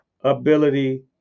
ability